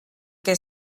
què